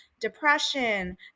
depression